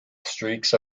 streaks